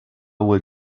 will